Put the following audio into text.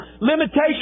limitations